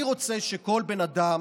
אני רוצה שכל בן אדם